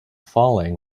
falling